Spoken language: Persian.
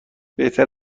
بهتر